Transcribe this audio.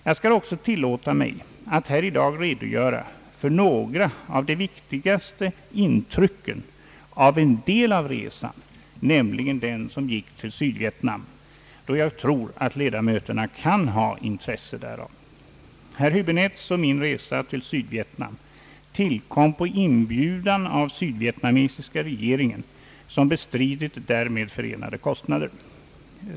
Jag skall också tillåta mig att här i dag redogöra för några av de viktigaste intrycken från en del av resan, nämligen den som gick till Sydvietnam, då jag tror att ledamöterna kan ha intresse därav. Herr Häbinettes och min resa till Sydvietnam tillkom på inbjudan av den sydvietnamesiska regeringen, som bestridit därmed förenade kostnader.